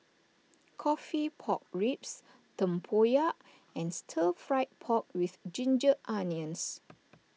Coffee Pork Ribs Tempoyak and Stir Fried Pork with Ginger Onions